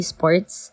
Sports